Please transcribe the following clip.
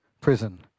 prison